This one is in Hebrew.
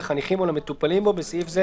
לחניכים או למטופלים בו (בסעיף זה,